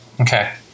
Okay